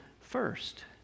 first